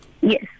Yes